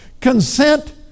consent